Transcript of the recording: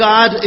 God